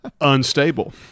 Unstable